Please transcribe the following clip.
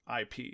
IP